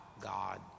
God